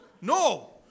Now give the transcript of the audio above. No